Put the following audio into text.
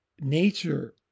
nature